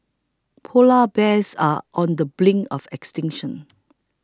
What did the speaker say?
Polar Bears are on the brink of extinction